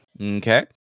Okay